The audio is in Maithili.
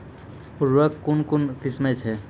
उर्वरक कऽ कून कून किस्म छै?